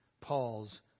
Paul's